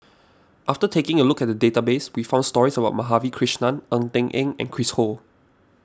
after taking a look at the database we found stories about Madhavi Krishnan Ng Eng Teng and Chris Ho